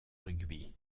rugby